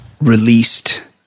released